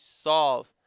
solve